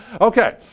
Okay